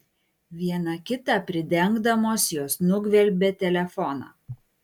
viena kitą pridengdamos jos nugvelbė telefoną